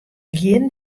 gjin